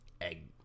egg